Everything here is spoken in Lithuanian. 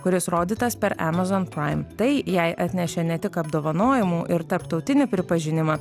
kuris rodytas per emazon praim tai jai atnešė ne tik apdovanojimų ir tarptautinį pripažinimą